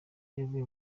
yavuye